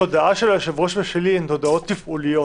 התודעה של היושב-ראש ושלי הן תודעות תפעוליות,